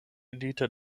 elite